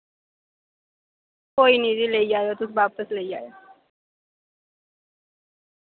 कोई नि जी लेई जायो तुस बापस लेई जायो